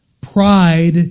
Pride